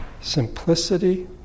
Simplicity